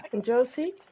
Josie